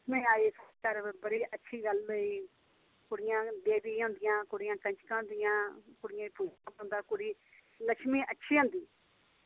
में आई साढ़े कन्नै बड़ी गै अच्छी गल्ल होई कुड़ियां देवियां होंदियां कुड़ियां कंजकां होंदियां कुड़ियें गी पूजना पौंदा लक्ष्मी अच्छी होंदी